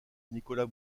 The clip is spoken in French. nicolas